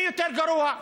מי יותר גרוע?